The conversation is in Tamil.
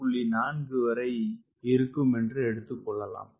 4 வரை இருக்குமென்று எடுத்துக்கொள்ளலாம்